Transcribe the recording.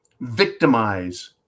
victimize